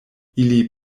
ili